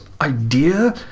idea